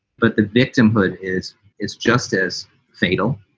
but the victimhood is is justice fatal?